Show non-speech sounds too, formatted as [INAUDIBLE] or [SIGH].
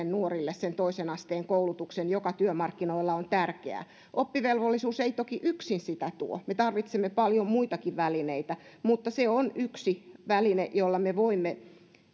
[UNINTELLIGIBLE] nuorille sen toisen asteen koulutuksen joka työmarkkinoilla on tärkeä oppivelvollisuus ei toki yksin sitä tuo ja me tarvitsemme paljon muitakin välineitä mutta se on yksi väline jolla me voimme